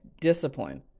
discipline